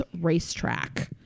racetrack